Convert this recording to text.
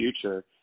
future